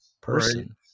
person